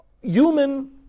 human